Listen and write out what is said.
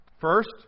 First